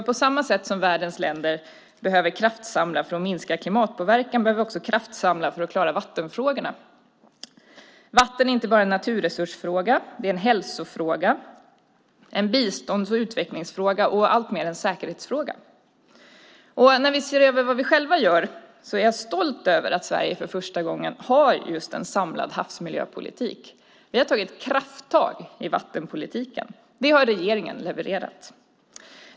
På samma sätt som världens länder behöver kraftsamla för att minska klimatpåverkan behöver vi kraftsamla för att klara vattenfrågorna. Vatten är inte bara en naturresursfråga. Det är en hälsofråga, en bistånds och utvecklingsfråga och alltmer också en säkerhetsfråga. När vi ser över det som vi själva gör är jag stolt över att Sverige för första gången har en samlad havsmiljöpolitik. Vi har tagit krafttag i vattenpolitiken. Det har regeringen levererat.